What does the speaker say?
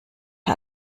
der